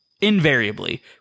invariably